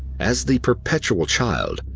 as the perpetual child,